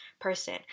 person